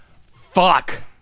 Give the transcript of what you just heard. fuck